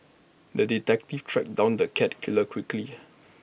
the detective tracked down the cat killer quickly